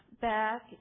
back